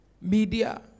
Media